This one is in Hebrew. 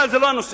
אבל זה לא הנושא.